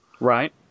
Right